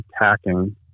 attacking